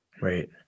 right